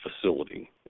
facility